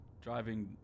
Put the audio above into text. driving